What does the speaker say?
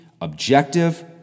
Objective